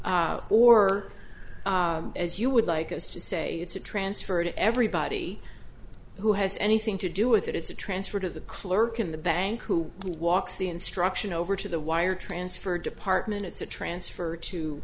or as you would like us to say it's a transfer to everybody who has anything to do with it it's a transfer to the clerk in the bank who walks the instruction over to the wire transfer department it's a transfer to